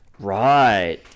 Right